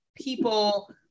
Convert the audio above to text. people